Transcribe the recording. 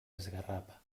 esgarrapa